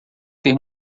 ter